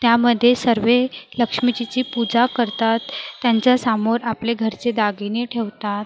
त्यामध्ये सर्व लक्ष्मीजीची पूजा करतात त्यांच्यासमोर आपले घरचे दागिने ठेवतात